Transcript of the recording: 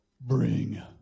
Bring